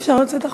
אפשר לצאת החוצה.